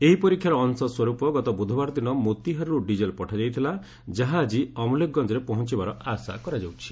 ଏହି ପରୀକ୍ଷାର ଅଂଶସ୍ୱରୂପ ଗତ ବୁଧବାର ଦିନ ମୋତିହାରିରୁ ଡିଜେଲ୍ ପଠାଯାଇଥିଲା ଯାହା ଆଜି ଅମ୍ଲେଖଗଞ୍ଜରେ ପହଞ୍ଚବାର ଆଶା କରାଯାଉଛି